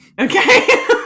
okay